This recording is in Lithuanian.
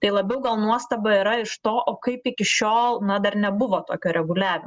tai labiau gal nuostaba yra iš to o kaip iki šiol na dar nebuvo tokio reguliavi